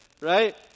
Right